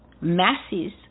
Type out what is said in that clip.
Masses